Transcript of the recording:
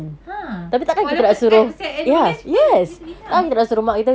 ha oh walaupun apps yang acknowledge pun it's enough